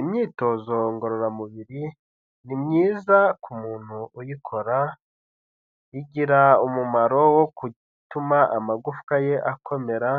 Imyitozo ngororamubiri ni myiza ku muntu uyikora, igira umumaro wo gutuma amagufwa ye akomera